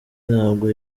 ntabwo